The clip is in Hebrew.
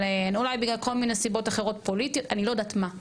אולי בגלל כל מיני סיבות אחרות פוליטיות אני לא יודעת מה,